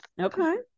Okay